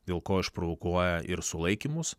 dėl ko išprovokuoja ir sulaikymus